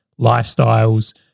lifestyles